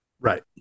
right